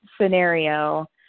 scenario